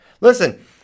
Listen